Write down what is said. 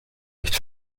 nicht